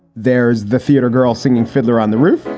there's the theater girl singing fiddler on the roof,